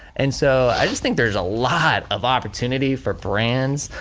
and so i just think there's a lot of opportunity for brands.